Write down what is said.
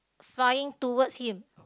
flying towards him